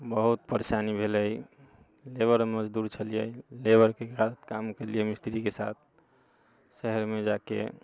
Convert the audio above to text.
बहुत परेशानी भेलै लेबर मजदूर छलियै लेबरके काम कयलियै मिस्त्रीके साथ शहरमे जाके